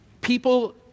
people